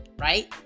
right